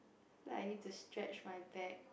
feel like I need to stretch my back